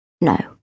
No